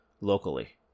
locally